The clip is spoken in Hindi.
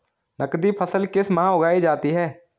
नकदी फसल किस माह उगाई जाती है?